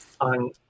on